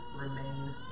remain